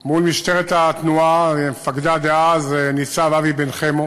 מול משטרת התנועה ומפקדה דאז, ניצב אבי בן-חמו,